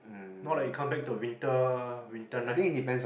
more like you come back to winter winter night